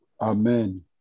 Amen